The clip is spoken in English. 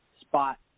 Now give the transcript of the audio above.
spot